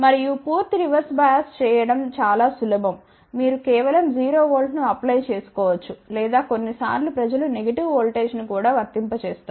మరియు పూర్తి reverse bias చేయడం చాలా సులభం మీరు కేవలం 0 V ను అప్లై చేసుకో వచ్చు లేదా కొన్నిసార్లు ప్రజలు నెగిటివ్ ఓల్టేజ్ను కూడా వర్తింపజేస్తారు